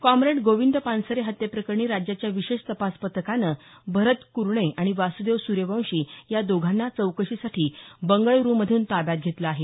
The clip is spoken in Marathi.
कॉम्रेड गोविंद पानसरे हत्ये प्रकरणी राज्याच्या विशेष तपास पथकानं भरत क्रणे आणि वास्तदेव स्र्यवंशी या दोघांना चौकशी साठी बंगळ्रूमधून ताब्यात घेतलं आहे